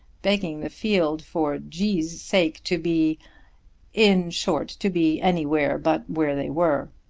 begging the field for g s sake to be in short to be anywhere but where they were.